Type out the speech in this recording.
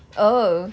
oh